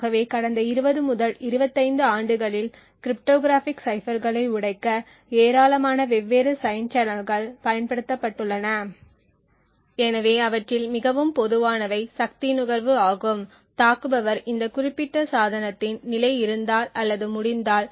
ஆகவே கடந்த 20 முதல் 25 ஆண்டுகளில் கிரிப்டோகிராஃபிக் சைபர்களை உடைக்க ஏராளமான வெவ்வேறு சைடு சேனல்கள் பயன்படுத்தப்பட்டுள்ளன எனவே அவற்றில் மிகவும் பொதுவானவை சக்தி நுகர்வு ஆகும் தாக்குபவர் இந்த குறிப்பிட்ட சாதனத்தின் நிலை இருந்தால் அல்லது முடிந்தால்